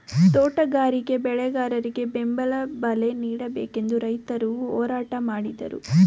ತೋಟಗಾರಿಕೆ ಬೆಳೆಗಾರರಿಗೆ ಬೆಂಬಲ ಬಲೆ ನೀಡಬೇಕೆಂದು ರೈತರು ಹೋರಾಟ ಮಾಡಿದರು